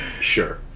sure